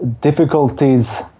difficulties